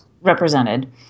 represented